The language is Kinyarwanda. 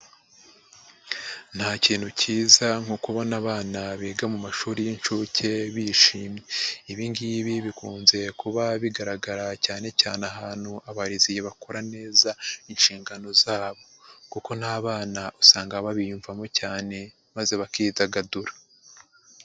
Nta kintu kiyiza nko kubona abana biga mu mashuri y'inshuke bishimye, ibi ngibi bikunze kuba bigaragara cyane cyane ahantu abarezi bakora neza inshingano zabo kuko n'abana usanga babiyumvamo cyane maze bakidagadura.